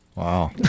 Wow